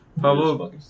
Pablo